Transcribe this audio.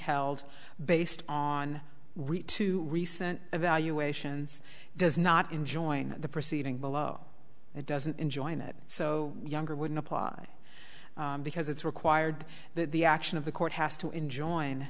held based on two recent evaluations does not enjoying the proceeding below it doesn't enjoy it so younger wouldn't apply because it's required that the action of the court has to enjoin